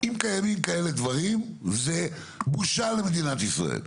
אם קיימים כאלה דברים זו בושה למדינת ישראל.